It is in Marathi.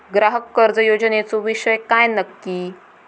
ग्राहक कर्ज योजनेचो विषय काय नक्की?